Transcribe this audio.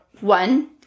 one